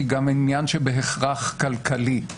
היא גם עניין שבהכרח כלכלי.